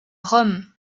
rome